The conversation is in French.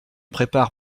prépare